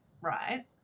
right